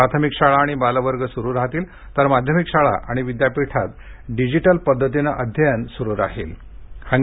प्राथमिक शाळा आणि बालवर्ग सुरु राहतील तर माध्यमिक शाळा आणि विद्यापीठात डिजिटल पद्धतीनं अध्ययन सुरु राहील